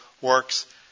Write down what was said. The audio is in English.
works